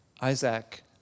Isaac